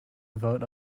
vote